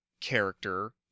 character